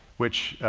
which